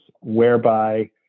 whereby